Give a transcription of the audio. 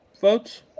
votes